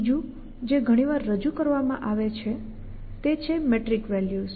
ત્રીજું જે ઘણીવાર રજૂ કરવામાં આવે છે તે છે મેટ્રિક વેલ્યૂઝ